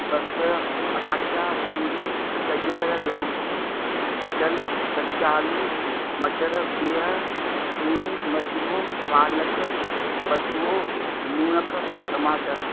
बसर पटाटा मूरी गजर लौकी कटहल कचालू मटर बीह तूरी मशरूम पालक बथुओ लूणक टमाटर